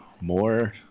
more